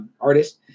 artist